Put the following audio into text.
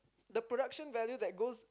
the production value that goes